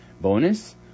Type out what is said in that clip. Bonus